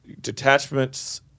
Detachment's